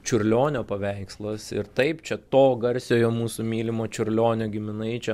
čiurlionio paveikslas ir taip čia to garsiojo mūsų mylimo čiurlionio giminaičio